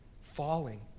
falling